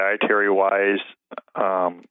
Dietary-wise